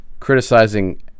criticizing